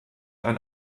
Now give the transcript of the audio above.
ein